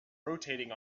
rotating